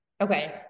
Okay